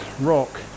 rock